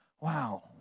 wow